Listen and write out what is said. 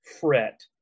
fret